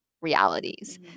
realities